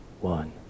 one